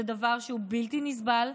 זה דבר שהוא בלתי נסבל,